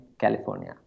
California